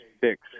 six